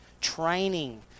training